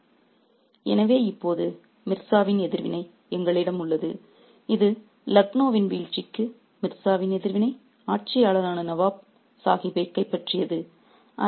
refer slide time 4439 எனவே இப்போது மிர்சாவின் எதிர்வினை எங்களிடம் உள்ளது இது லக்னோவின் வீழ்ச்சிக்கு மிர்ஸாவின் எதிர்வினை ஆட்சியாளரான நவாப் சாஹிப்பைக் கைப்பற்றியது